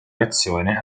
reazione